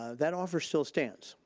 ah that offer still stands.